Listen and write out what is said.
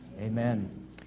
amen